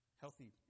healthy